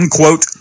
quote